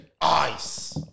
Ice